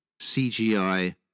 CGI